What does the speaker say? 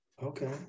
Okay